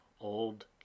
old